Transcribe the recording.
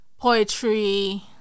poetry